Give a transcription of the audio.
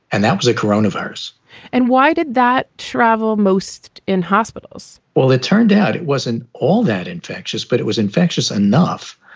and that was a corona virus and why did that travel most in hospitals? well, it turned out it wasn't all that infectious, but it was infectious enough.